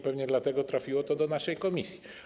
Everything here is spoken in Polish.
Pewnie dlatego trafiło to do naszej komisji.